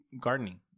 gardening